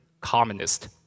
communist